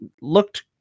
looked